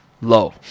Low